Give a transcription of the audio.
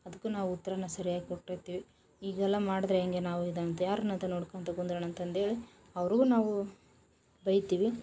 ಅದಕ್ಕೂ ನಾವು ಉತ್ತರನ ಸರಿಯಾಗಿ ಕೊಟ್ಟಿರ್ತೀವಿ ಹೀಗೆಲ್ಲ ಮಾಡಿದ್ರೆ ಹೆಂಗೆ ನಾವು ಇದುಂತ ಯಾರನ್ನ ಅಂತ ನೋಡ್ಕೊಳ್ತ ಕುಂದ್ರೋಣ ಅಂತಂದು ಹೇಳಿ ಅವ್ರಿಗೂ ನಾವು ಬೈತೀವಿ